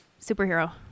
Superhero